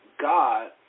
God